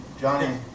Johnny